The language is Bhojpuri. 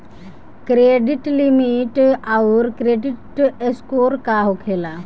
क्रेडिट लिमिट आउर क्रेडिट स्कोर का होखेला?